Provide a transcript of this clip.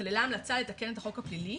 כללה המלצה לתקן את החוק הפלילי